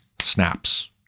snaps